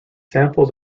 samples